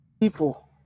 people